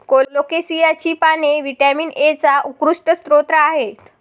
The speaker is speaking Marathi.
कोलोकेसियाची पाने व्हिटॅमिन एचा उत्कृष्ट स्रोत आहेत